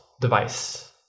device